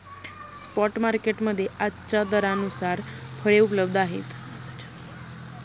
spot market मध्ये आजच्या दरानुसार फळे उपलब्ध आहेत